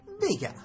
Bigger